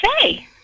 say